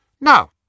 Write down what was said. Now